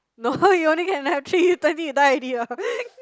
no you only can have three you twenty you die already orh